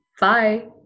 Bye